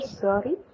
sorry